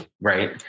Right